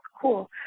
cool